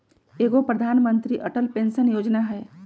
एगो प्रधानमंत्री अटल पेंसन योजना है?